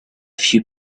few